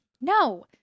No